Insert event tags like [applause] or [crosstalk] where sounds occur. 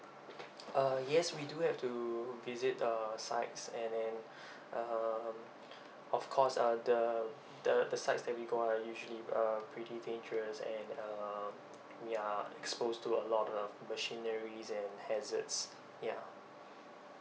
uh yes we do have to visit uh sites and then [breath] um of course uh the the the sites that we go are usually uh pretty dangerous and uh we are exposed to a lot of machineries and hazards ya